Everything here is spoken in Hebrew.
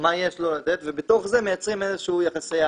מה יש לו לתת, ובתוך זה מייצרים יחסי העדפה.